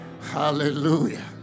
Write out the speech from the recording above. Hallelujah